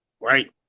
right